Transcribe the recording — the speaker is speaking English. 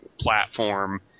platform